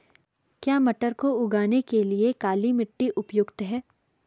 क्या मटर को उगाने के लिए काली मिट्टी उपयुक्त है?